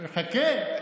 חכה.